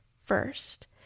first